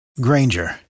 Granger